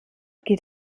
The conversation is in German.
geht